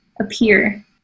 appear